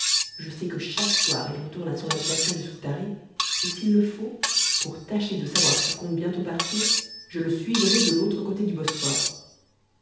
je sais que chaque soir il retourne à son habitation de scutari et s'il le faut pour tacher de savoir s'il compte bientôt partir je le suivrai de l'autre côté du bosphore